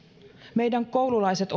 meidän koululaiset